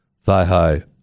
Thigh-High